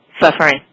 suffering